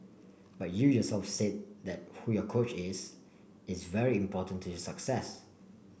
but you yourself said that who your coach is is very important to your success